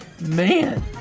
Man